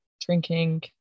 drinking